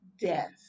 death